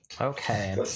Okay